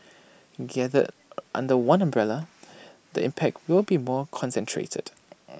gathered under one umbrella the impact will be more concentrated